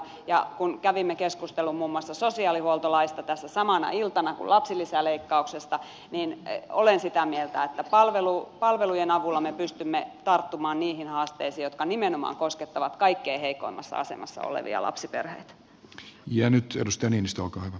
ja kun kävimme keskustelun muun muassa sosiaalihuoltolaista samana iltana kuin lapsilisäleikkauksesta niin olen sitä mieltä että palvelujen avulla me pystymme tarttumaan niihin haasteisiin jotka nimenomaan koskettavat kaikkein heikoimmassa asemassa olevia lapsiperhe ja nyt työstäni mistä lapsiperheitä